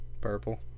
Purple